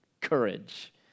courage